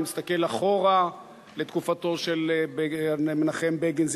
אני מסתכל אחורה לתקופתו של מנחם בגין,